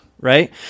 Right